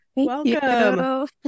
Welcome